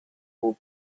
will